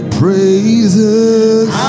praises